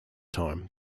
time